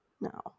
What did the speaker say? No